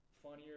funnier